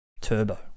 Turbo